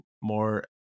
more